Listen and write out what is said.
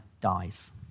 dies